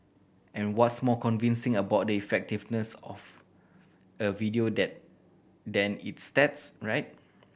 and what's more convincing about the effectiveness of a video than than its stats right